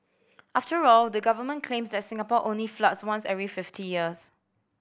after all the government claims that Singapore only floods once every fifty years